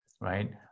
right